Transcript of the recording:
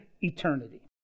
eternity